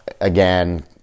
again